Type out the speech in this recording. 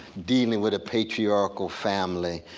dealing with a patriarchal family,